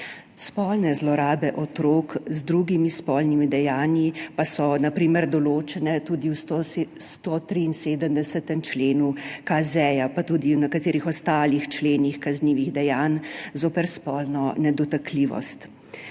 Spolne zlorabe otrok z drugimi spolnimi dejanji pa so na primer določene tudi v 173. členu KZ, pa tudi v nekaterih ostalih členih kaznivih dejanj zoper spolno nedotakljivost.